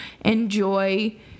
enjoy